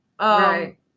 Right